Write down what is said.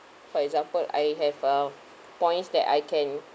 for example I have uh points that I can